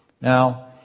now